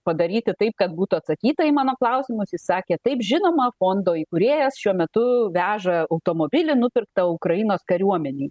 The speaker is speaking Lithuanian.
padaryti taip kad būtų atsakyta į mano klausimus jis sakė taip žinoma fondo įkūrėjas šiuo metu veža automobilį nupirktą ukrainos kariuomenei